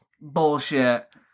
bullshit